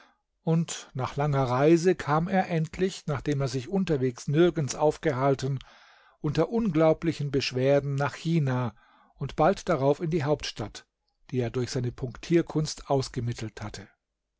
und nach langer reise kam er endlich nachdem er sich unterwegs nirgends aufgehalten unter unglaublichen beschwerden nach china und bald darauf in die hauptstadt die er durch seine punktierkunst ausgemittelt hatte